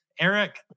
Eric